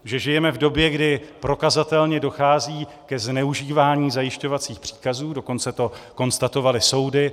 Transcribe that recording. Že žijeme v době, kdy prokazatelně dochází ke zneužívání zajišťovacích příkazů, dokonce to konstatovaly soudy.